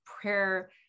prayer